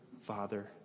Father